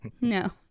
No